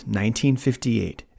1958